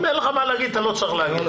אם אין לך מה להגיד אתה לא צריך להגיד.